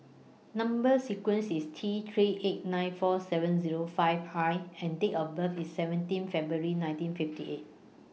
Number sequence IS T three eight nine four seven Zero five I and Date of birth IS seventeen February nineteen fifty eight